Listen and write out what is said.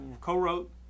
co-wrote